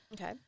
Okay